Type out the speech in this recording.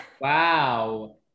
Wow